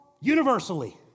universally